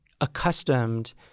accustomed